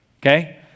okay